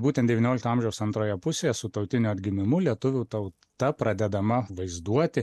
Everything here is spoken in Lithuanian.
būtent devyniolikto amžiaus antroje pusėje su tautiniu atgimimu lietuvių tauta pradedama vaizduoti